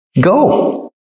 Go